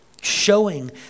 Showing